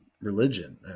religion